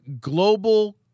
global